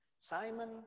Simon